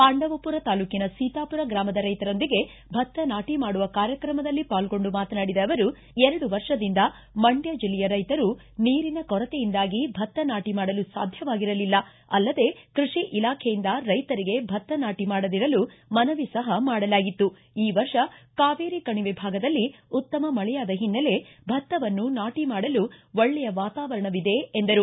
ಪಾಂಡವಪುರ ತಾಲ್ಲೂಕನ ಸೀತಾಪುರ ಗ್ರಾಮದ ರೈತರೊಂದಿಗೆ ಭತ್ತ ನಾಟಿ ಮಾಡುವ ಕಾರ್ಯಕ್ರಮದಲ್ಲಿ ಪಾಲ್ಗೊಂಡು ಮಾತನಾಡಿದ ಅವರು ಎರಡು ವರ್ಷದಿಂದ ಮಂಡ್ಯ ಜಿಲ್ಲೆಯ ರೈತರು ನೀರಿನ ಕೊರತೆಯಿಂದಾಗಿ ಭತ್ತ ನಾಟ ಮಾಡಲು ಸಾಧ್ಯವಾಗಿರಲಿಲ್ಲ ಅಲ್ಲದೇ ಕೃಷಿ ಇಲಾಖೆಯಿಂದ ರೈತರಿಗೆ ಭತ್ತ ನಾಟಿ ಮಾಡದಿರಲು ಮನವಿ ಸಹ ಮಾಡಲಾಗಿತ್ತು ಈ ವರ್ಷ ಕಾವೇರಿ ಕಣಿವೆ ಭಾಗದಲ್ಲಿ ಉತ್ತಮ ಮಳೆಯಾದ ಹಿನ್ನೆಲೆ ಭತ್ತವನ್ನು ನಾಟ ಮಾಡಲು ಒಳ್ಳೆಯ ವಾತಾವರಣವಿದೆ ಎಂದರು